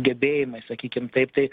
gebėjimai sakykim taip tai